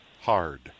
hard